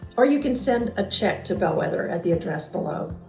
or you can send a check to bellwether at the address below.